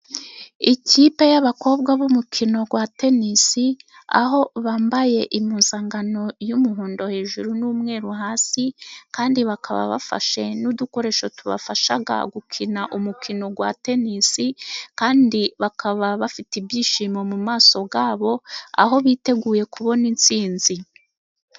Ikipe y'abakobwa b'umukino wa tenisi, aho bambaye impuzankano y'umuhondo, hejuru n'umweru. Hasi kandi bakaba bafashe n'udukoresho tubafasha gukina umukino wa tenisi, kandi bakaba bafite ibyishimo mumaso yabo, aho biteguye kubona intsinzi.